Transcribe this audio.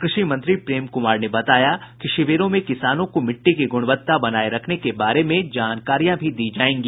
कृषि मंत्री प्रेम कुमार ने बताया कि शिविरों में किसानों को मिट्टी की गुणवत्ता बनाये रखने के बारे में जानकारियां भी दी जायेगी